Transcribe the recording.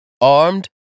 armed